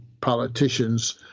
politicians